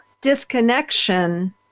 disconnection